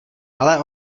ale